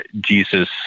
Jesus